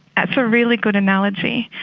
that's a really good analogy.